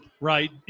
Right